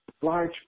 large